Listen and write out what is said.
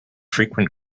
frequent